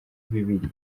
bibiri